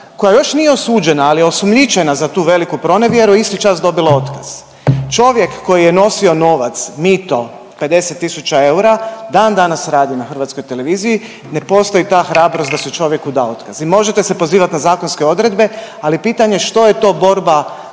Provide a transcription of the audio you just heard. koja još nije osuđena, ali je osumnjičena za tu veliku pronevjera isti čas dobila otkaz. Čovjek koji je nosio novac, mito 50 000 eura dan danas radi na Hrvatskoj televiziji. Ne postoji ta hrabrost da se čovjeku da otkaz. I možete se pozivati na zakonske odredbe, ali pitanje što je to borba